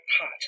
hot